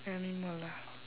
animal ah